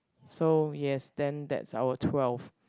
so yes then that's our twelve